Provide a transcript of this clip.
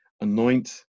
anoint